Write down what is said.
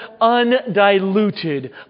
undiluted